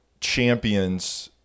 champions